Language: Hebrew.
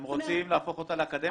הם רוצים להפוך אותה לאקדמית.